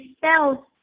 cells